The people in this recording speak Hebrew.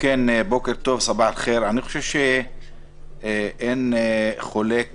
בוקר טוב, סבאח אל-ח'יר, אין חולק